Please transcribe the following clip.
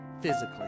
physically